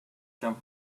jump